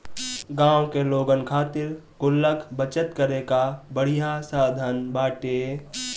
गांव के लोगन खातिर गुल्लक बचत करे कअ बढ़िया साधन बाटे